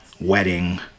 wedding